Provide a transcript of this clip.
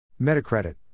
Metacredit